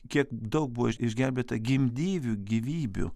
kiek daug buvo iš išgelbėta gimdyvių gyvybių